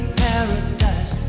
paradise